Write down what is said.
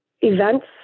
events